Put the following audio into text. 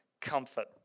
comfort